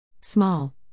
Small